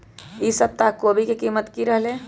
ई सप्ताह कोवी के कीमत की रहलै?